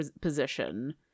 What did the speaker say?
position